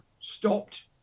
stopped